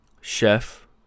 chef